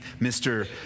Mr